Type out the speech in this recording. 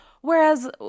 Whereas